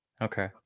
Okay